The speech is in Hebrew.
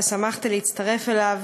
ושמחתי להצטרף אליו.